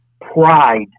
pride